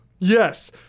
Yes